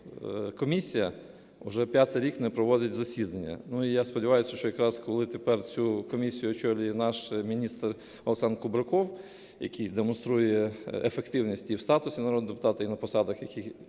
комісія вже п'ятий рік не проводить засідання. Ну, і я сподіваюсь, що якраз, коли тепер цю комісію очолює наш міністр Олександр Кубраков, який демонструє ефективність і в статусі народного депутата, і на посадах, на яких